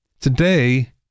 Today